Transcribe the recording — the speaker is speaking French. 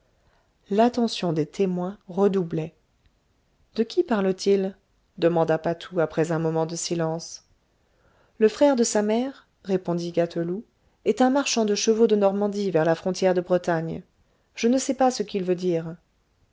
l'attention des témoins redoublait de qui parle-t-il demanda patou après un moment de silence le frère de sa mère répondit gâteloup est un marchand de chevaux de normandie vers la frontière de bretagne je ne sais pas ce qu'il veut dire